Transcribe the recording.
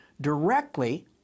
directly